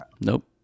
Nope